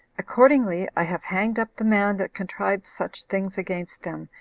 accordingly, i have hanged up the man that contrived such things against them,